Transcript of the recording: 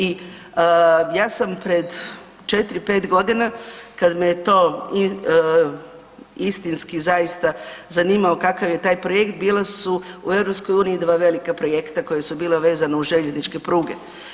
I ja sam pred četiri, pet godina kada me je to istinski zaista zanimao kakav je taj projekt bile su u EU dva velika projekta koja su bila vezana uz željezničke pruge.